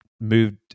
moved